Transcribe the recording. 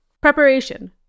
Preparation